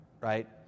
right